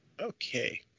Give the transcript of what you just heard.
Okay